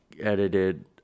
edited